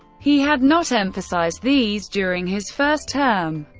he had not emphasized these during his first term.